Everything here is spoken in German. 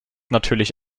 natürlich